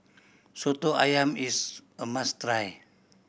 Soto Ayam is a must try